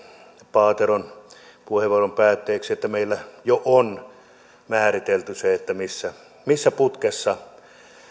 paateron puheenvuoron päätteeksi että meillä jo on määritelty se missä missä putkessa